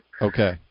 Okay